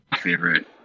favorite